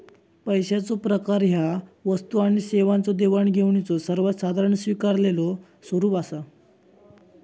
पैशाचो प्रकार ह्या वस्तू आणि सेवांच्यो देवाणघेवाणीचो सर्वात साधारण स्वीकारलेलो स्वरूप असा